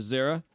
Zara